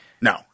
No